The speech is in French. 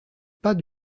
pas